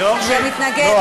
לא,